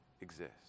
exist